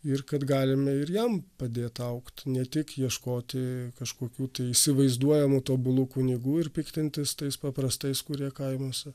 ir kad galime ir jam padėt augti ne tik ieškoti kažkokių įsivaizduojamų tobulų kunigų ir piktintis tais paprastais kurie kaimuose